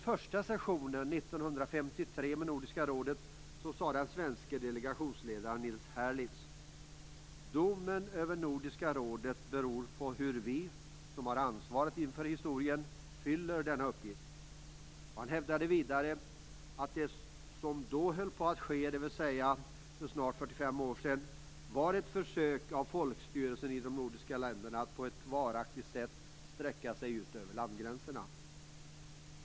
1953, sade den svenske delegationsledaren Nils Herlitz: "Domen över Nordiska rådet beror på hur vi, som har ansvaret inför historien, fyller denna uppgift." Han hävdade vidare att det som då höll på att ske, dvs. för snart 45 år sedan, var ett försök av folkstyrelsen i de nordiska länderna att på ett varaktigt sätt sträcka sig ut över landsgränserna.